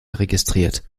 registriert